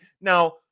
now